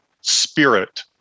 spirit